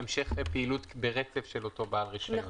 למעשה, זה המשך פעילות ברצף של אותו בעל רישיון.